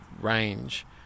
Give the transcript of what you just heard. range